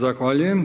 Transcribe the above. Zahvaljujem.